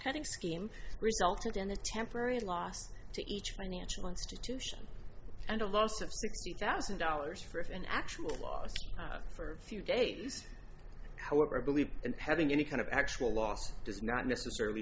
kiting scheme resulted in the temporary loss to each financial institution and a loss of sixty thousand dollars for if an actual loss for a few days however i believe in having any kind of actual loss does not necessarily